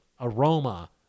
aroma